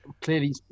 clearly